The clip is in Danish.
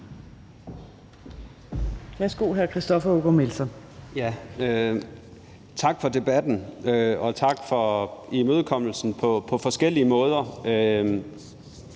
Tak for debatten, og tak for imødekommelsen på forskellige måder.